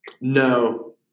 No